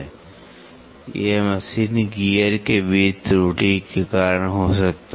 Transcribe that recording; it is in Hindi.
यह 2 मशीन गियर के बीच त्रुटि के कारण हो सकता है